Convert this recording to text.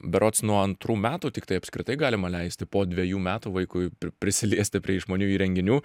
berods nuo antrų metų tiktai apskritai galima leisti po dvejų metų vaikui pri prisiliesti prie išmaniųjų įrenginių